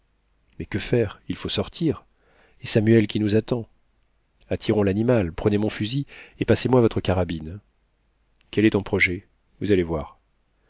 mais que faire il faut sortir et samuel qui nous attend attirons l'animal prenez mon fusil et passez-moi votre carabine quel est ton projet vous allez voir